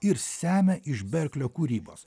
ir semia iš berklio kūrybos